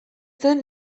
zen